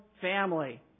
family